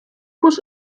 was